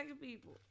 people